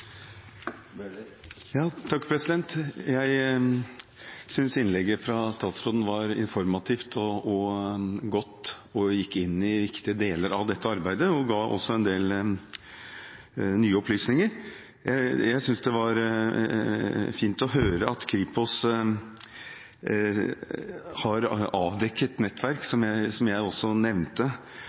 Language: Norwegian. Jeg synes innlegget fra statsråden var informativt og godt, gikk inn i viktige deler av dette arbeidet og ga også en del nye opplysninger. Jeg synes det var fint å høre at Kripos har avdekket nettverk, som også jeg nevnte, og at det også